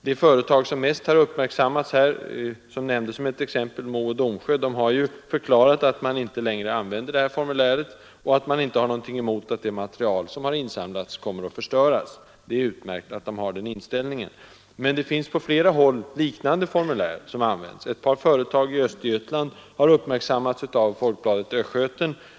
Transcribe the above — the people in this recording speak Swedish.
Det företag som mest har uppmärksammats i detta sammanhang och som nämnts som ett exempel, Mo och Domsjö, har förklarat att man inte längre använder det här frågeformuläret och att man inte har något emot att det material som insamlats förstörs. Det är utmärkt att företaget har den inställningen. Men det finns på flera håll liknande formulär som används. Ett par företag i Östergötland har uppmärksammats i Folkbladet Östgöten.